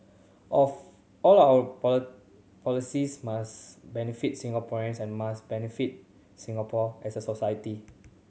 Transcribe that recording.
of all our policies must benefit Singaporeans and must benefit Singapore as a society